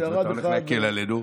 ואתה הולך להקל עלינו.